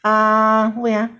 ah wait ah